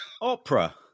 opera